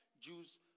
Jews